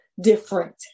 different